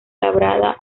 labrada